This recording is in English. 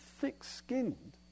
thick-skinned